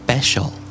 Special